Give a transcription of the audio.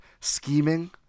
scheming